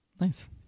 Nice